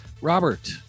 robert